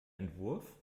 entwurf